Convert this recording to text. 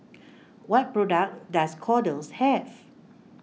what products does Kordel's have